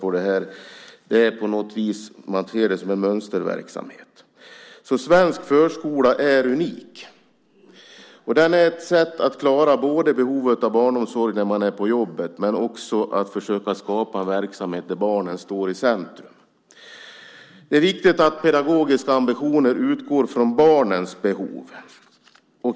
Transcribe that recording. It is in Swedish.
På något vis ser man det som en mönsterverksamhet. Svensk förskola är unik. Den är ett sätt att klara behovet av barnomsorg när människor är på jobbet, men också ett försök att skapa en verksamhet där barnen står i centrum. Det är viktigt att pedagogiska ambitioner utgår från barnens behov.